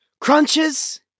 crunches